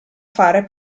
fare